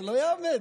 לא ייאמן.